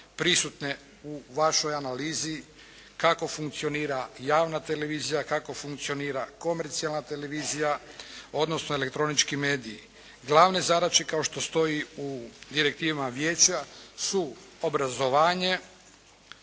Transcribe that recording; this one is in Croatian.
prisutne u vašoj analizi kako funkcionira javna televizija, kako funkcionira komercijalna televizija odnosno elektronički mediji. Glavne zadaće kao što stoji u direktivama vijeća su: obrazovanje,